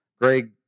Greg